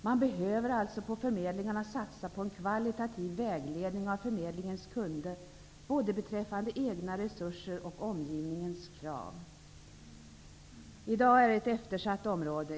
Man behöver alltså på förmedlingarna satsa på en kvalitativ vägledning av förmedlingens kunder, både beträffande egna resurser och omgivningens krav. I dag är det ett eftersatt område.